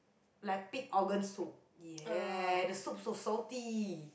like pig organ soup ya the soup so salty